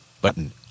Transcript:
Button